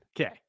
okay